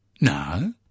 No